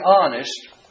honest